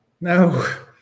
No